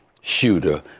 shooter